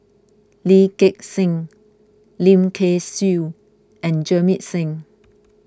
Lee Gek Seng Lim Kay Siu and Jamit Singh